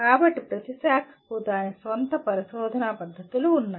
కాబట్టి ప్రతి శాఖకు దాని స్వంత పరిశోధనా పద్ధతులు ఉన్నాయి